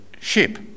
ship